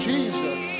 Jesus